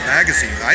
Magazine